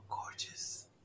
gorgeous